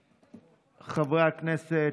הכנסת,